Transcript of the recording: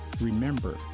remember